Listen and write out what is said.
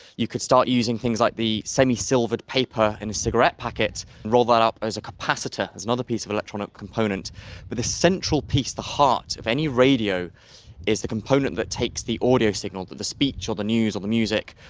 you could start using things like the semi-silvered paper in a cigarette packet and roll that up as a capacitor, as another piece of electronic component. but the central piece, the heart of any radio is the component that takes the audio signals, the the speech or the news or the music,